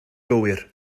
gywir